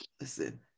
Listen